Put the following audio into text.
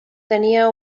tenia